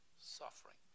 suffering